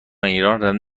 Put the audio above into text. ایران